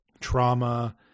trauma